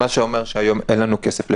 מה שאומר שהיום אין לנו כסף לפיתוח.